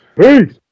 Peace